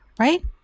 Right